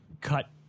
cut